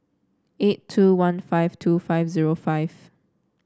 eight two one five two five zero five